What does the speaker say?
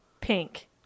pink